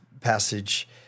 passage